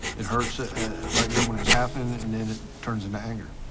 it hurts ah right there when it's happened, and then it turns into anger.